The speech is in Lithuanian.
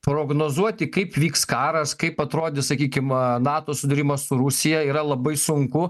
prognozuoti kaip vyks karas kaip atrodys sakykim nato sudūrimas su rusija yra labai sunku